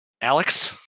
alex